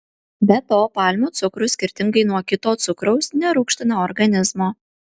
be to palmių cukrus skirtingai nuo kito cukraus nerūgština organizmo